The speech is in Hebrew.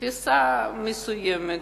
תפיסה מסוימת,